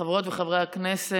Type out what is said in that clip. חברות וחברי הכנסת,